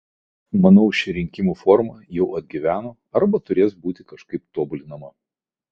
taip kad manau ši rinkimų forma jau atgyveno arba turės būti kažkaip tobulinama